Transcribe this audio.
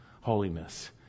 holiness